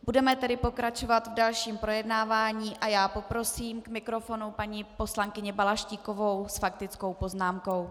Budeme tedy pokračovat v dalším projednávání a já poprosím k mikrofonu paní poslankyni Balaštíkovou s faktickou poznámkou.